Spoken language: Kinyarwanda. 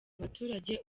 abaturage